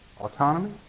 Autonomy